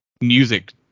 music